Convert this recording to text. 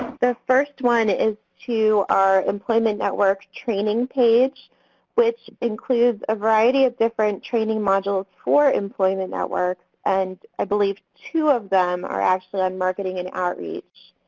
the first one is to our employment network training page which includes a variety of different training modules for employment networks. and i believe two of them are actually on marketing and outreach.